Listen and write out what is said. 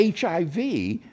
HIV